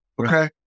okay